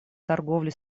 торговли